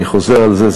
אני חוזר על זה,